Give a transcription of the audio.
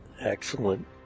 Excellent